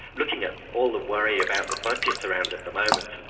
looking at all the worry about the budget around at the moment, and